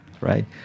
right